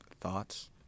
thoughts